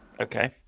Okay